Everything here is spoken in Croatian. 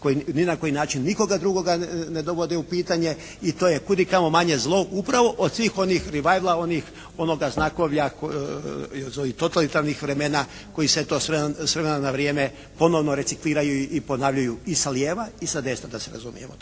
koji ni na koji način nikoga drugoga ne dovode u pitanje i to je kud i kamo manje zlo upravo od svih onih …, onoga znakovlja iz ovih totalitarnih vremena koji se eto s vremena na vrijeme ponovno recikliraju i ponavljaju i sa lijeva i sa desna da se razumijemo.